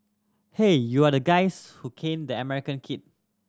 hey you are the guys who caned the American kid